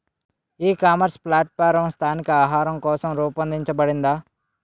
ఈ ecommerce platform స్థానిక ఆహారం కోసం రూపొందించబడిందా?